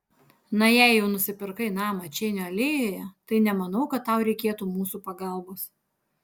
na jei jau nusipirkai namą čeinio alėjoje tai nemanau kad tau reikėtų mūsų pagalbos